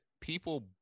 people